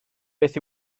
beth